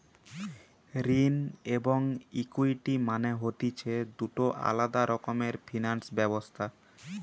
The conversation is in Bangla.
ঋণ এবং ইকুইটি মানে হতিছে দুটো আলাদা রকমের ফিনান্স ব্যবস্থা